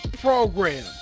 program